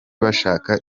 bashaka